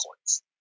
coins